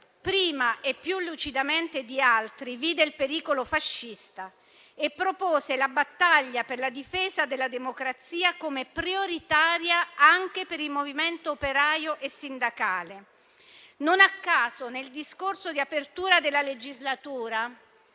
prima e più lucidamente di altri vide il pericolo fascista e propose la battaglia per la difesa della democrazia come prioritaria anche per il movimento operaio e sindacale. Non a caso, nel discorso di apertura della legislatura,